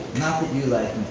not that you like